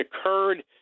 occurred